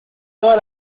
todas